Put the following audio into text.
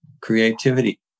creativity